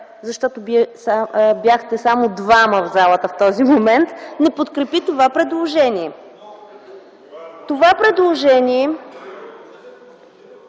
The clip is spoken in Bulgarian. защото вие бяхте само двама в залата в този момент – не подкрепи това предложение. Това предложение